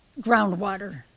groundwater